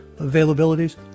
availabilities